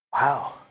Wow